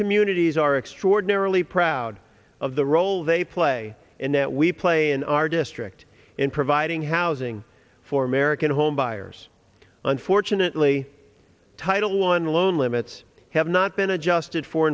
communities are extraordinarily proud of the role they play in that we play in our district in providing housing for american homebuyers unfortunately title one loan limits have not been adjusted for